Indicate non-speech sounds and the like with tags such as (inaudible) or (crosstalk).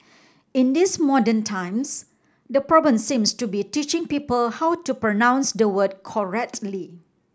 in these modern times the problem seems to be teaching people how to pronounce the word (unintelligible)